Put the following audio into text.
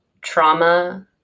trauma